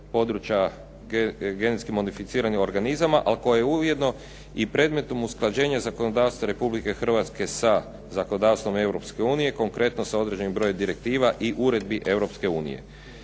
područja genetski modificiranih organizama ali koji je ujedno i predmetom usklađenja zakonodavstva Republike Hrvatske sa zakonodavstvom Europske unije, konkretno sa određenim brojem direktiva i uredbi